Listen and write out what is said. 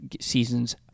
season's